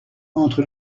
entre